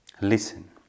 Listen